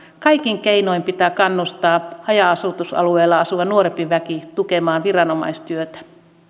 kaikin keinoin pitää kannustaa haja asutusalueella asuva nuorempi väki tukemaan viranomaistyötä